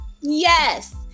yes